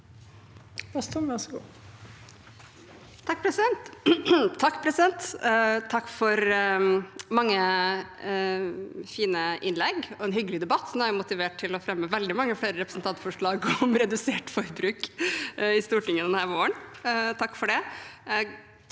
til. Une Bastholm (MDG) Takk for mange fine innlegg og en hyggelig debatt. Nå er jeg motivert til å fremme veldig mange flere representantforslag om redusert forbruk i Stortinget denne våren. Takk for det!